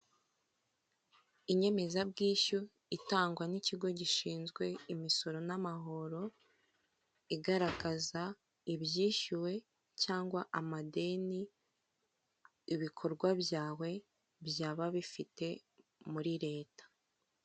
Inyemezabwishyu itangwa n'ikigo gishinzwe imisoro n'amahoro igaragaza ibyishyuwe cyangwa amadeni ibikorwa byawe byaba bifite muri leta.